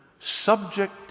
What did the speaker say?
subject